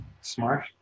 smart